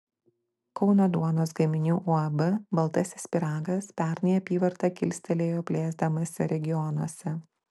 kauno duonos gaminių uab baltasis pyragas pernai apyvartą kilstelėjo plėsdamasi regionuose